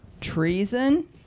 treason